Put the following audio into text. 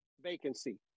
vacancy